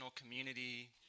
community